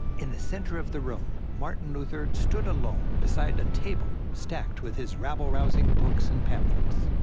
in the center of the room, martin luther stood alone beside a table stacked with his rabble-rousing books and pamphlets.